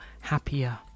happier